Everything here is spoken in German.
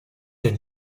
denn